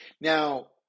Now